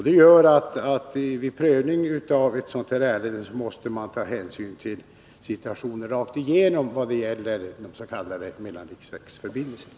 Det gör att man vid prövning av ärendet måste ta hänsyn till hur den totala situationen är när det gäller de s.k. mellanriksvägförbindelserna.